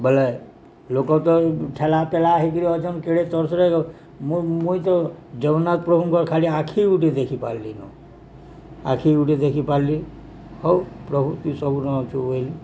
ବଲେ ଲୋକ ତ ଠେଲାପେଲା ହେଇକିରି ଅଛନ୍ କେଡ଼େ ତରତରରେ ମୁଁ ମୁଇଁ ତ ଜଗନ୍ନାଥ ପ୍ରଭୁଙ୍କର ଖାଲି ଆଖି ଗୁଟେ ଦେଖିପାରିଲିନୁ ଆଖି ଗୁଟେ ଦେଖିପାରିଲି ହଉ ପ୍ରଭୁ ତୁ ସବୁ ଜଣାଉଛୁ ଏହି